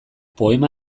poema